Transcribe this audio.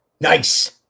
Nice